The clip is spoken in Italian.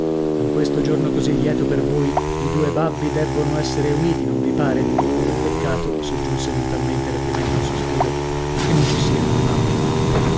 in questo giorno così lieto per voi i due babbi debbono essere uniti non vi pare peccato soggiunse mentalmente reprimendo un sospiro che non ci siano le mamme